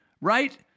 right